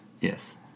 Yes